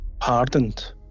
pardoned